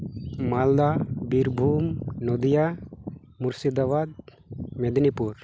Malda Birbhum Nadia Murshidabad Medinipur